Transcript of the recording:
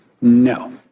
No